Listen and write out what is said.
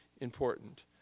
important